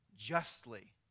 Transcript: Justly